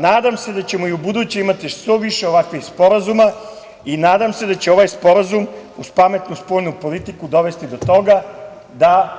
Nadam se da ćemo i u buduće imati što više ovakvih sporazuma i nadam se da će ovaj sporazum uz pametnu spoljnu politiku dovesti do toga da